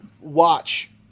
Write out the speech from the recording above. watch